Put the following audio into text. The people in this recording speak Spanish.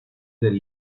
del